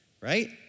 right